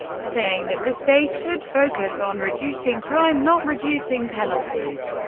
saying that the state should focus on reducing crime, not reducing penalties.